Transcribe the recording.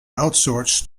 outsourced